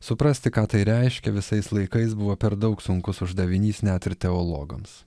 suprasti ką tai reiškia visais laikais buvo per daug sunkus uždavinys net ir teologams